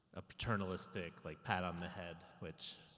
a paternalistic like pat on the head, which,